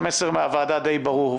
מאיר שפיגלר,